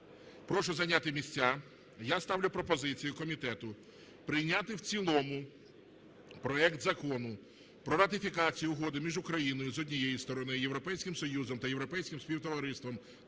прошу зайняти місця. Я ставлю пропозицію комітету прийняти в цілому проект Закону про ратифікацію Угоди між Україною, з однієї сторони, і Європейським Союзом та Європейським співтовариством